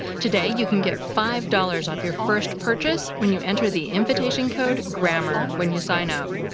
today, you can get five dollars off your first purchase when you enter the invitation code grammar when you sign up.